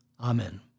Amen